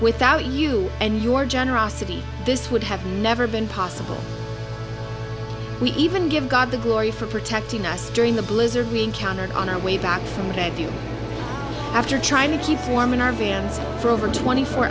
without you and your generosity this would have never been possible to even give god the glory for protecting us during the blizzard we encountered on our way back from a deal after trying to keep warm in our b and c for over twenty four